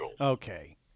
Okay